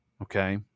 Okay